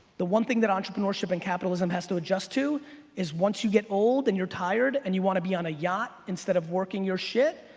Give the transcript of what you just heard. the one thing that entrepreneurship and capitalism has to adjust to is once you get old and your tired and you want to be on a yacht instead of working your shit,